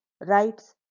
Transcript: Rights